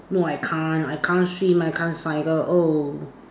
no I can't I can't swim I can't cycle oh